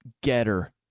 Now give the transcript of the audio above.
getter